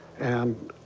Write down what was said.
and,